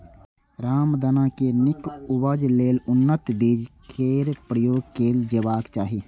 रामदाना के नीक उपज लेल उन्नत बीज केर प्रयोग कैल जेबाक चाही